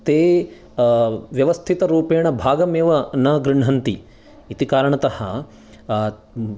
ते व्यवस्थितरूपेण भागमेव न गृह्णन्ति इति कारणतः